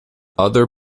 other